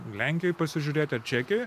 lenkijoj pasižiūrėti ar čekijoj